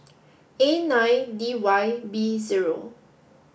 A nine D Y B zero